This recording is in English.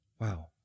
Wow